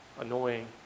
annoying